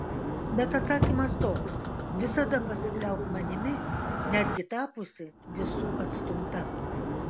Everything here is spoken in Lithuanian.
bet atsakymas toks visada pasikliauk manimi netgi tapusi visų atstumta